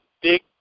big